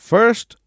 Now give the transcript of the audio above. First